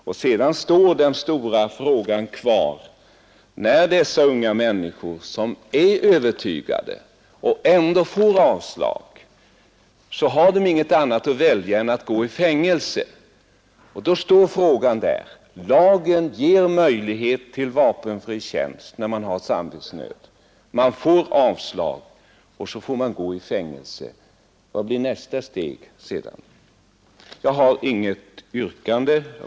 Dessa unga människor, som stöder sig på sin övertygelse, får ändå avslag, och de har inget att välja på utan måste gå i fängelse. Då står den stora frågan kvar. Lagen ger möjlighet till vapenfri tjänst åt den som har samvetsnöd, men man får avslag på sin ansökan, och så måste man gå i fängelse. Vad blir nästa steg? Jag ville bara ha framfört detta.